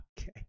okay